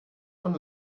von